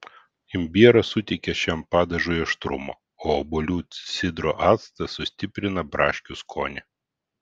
imbieras suteikia šiam padažui aštrumo o obuolių sidro actas sustiprina braškių skonį